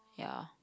ya